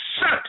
shut